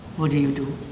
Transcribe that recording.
what do you do?